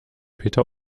peter